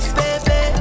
baby